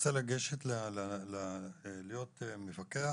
שרוצה לגשת להיות מפקח